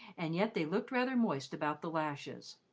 and yet they looked rather moist about the lashes.